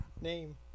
name